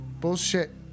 Bullshit